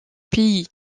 pays